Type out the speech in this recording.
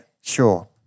sure